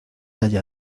allá